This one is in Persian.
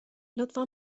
لطفا